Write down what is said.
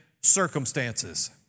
circumstances